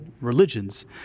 religions